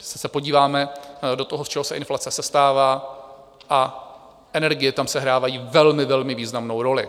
Když se podíváme do toho, z čeho inflace sestává, tak energie tam sehrávají velmi, velmi významnou roli.